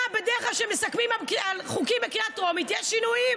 בדרך כלל כשמסכמים על חוקים בקריאה טרומית יש שינויים,